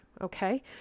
Okay